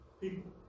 people